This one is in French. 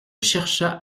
chercha